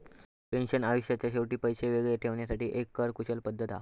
pension आयुष्याच्या शेवटी पैशे वेगळे ठेवण्यासाठी एक कर कुशल पद्धत हा